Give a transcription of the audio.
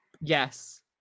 Yes